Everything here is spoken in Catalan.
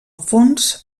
fons